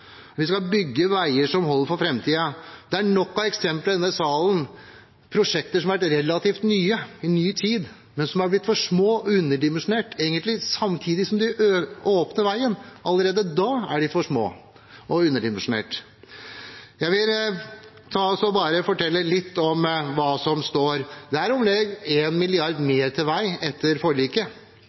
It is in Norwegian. Vi skal bygge veier som holder for framtiden. Det er nok av eksempler fra denne salen i ny tid på prosjekter som har vært relativt nye, men som har blitt for små og underdimensjonerte. Allerede samtidig som man åpner veien, er de egentlig for små og underdimensjonerte. Jeg vil bare fortelle litt om hva som står i budsjettforliket. Det er om lag 1 mrd. kr mer til vei etter forliket,